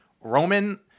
Roman